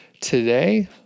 today